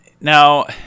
Now